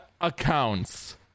accounts